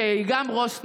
שהיא גם ראש סניף,